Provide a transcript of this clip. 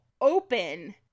open